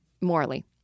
morally